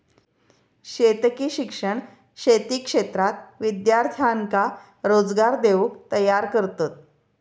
शेतकी शिक्षण शेती क्षेत्रात विद्यार्थ्यांका रोजगार देऊक तयार करतत